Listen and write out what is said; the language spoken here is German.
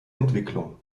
entwicklung